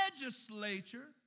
legislature